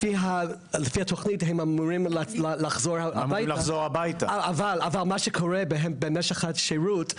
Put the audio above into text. לפי התוכנית הם אמורים לחזור הביתה אבל מה שקורה במשך השירות,